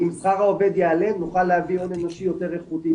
אם שכר העובד יעלה נוכל להביא הון אנושי יותר איכותי,